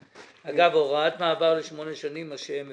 אגב, הוראת מעבר לשמונה שנים, כפי שהם מבקשים,